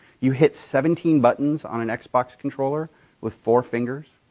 you hit seventeen buttons on an xbox controller with four fingers.